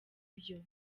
byo